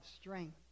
strength